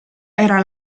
era